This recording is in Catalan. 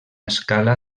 escala